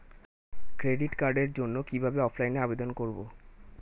Credit কার্ডের জন্য অফলাইনে কিভাবে আবেদন করব?